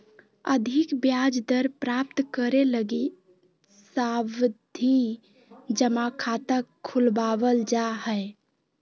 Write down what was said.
अधिक ब्याज दर प्राप्त करे लगी सावधि जमा खाता खुलवावल जा हय